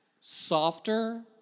Softer